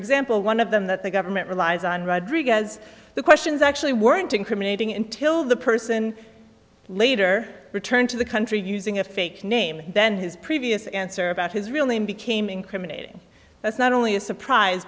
example one of them that the government relies on rodriguez the questions actually weren't incriminating intil the person later returned to the country using a fake name then his previous answer about his real name became incriminating that's not only a surprise